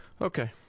Okay